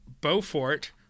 Beaufort